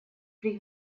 при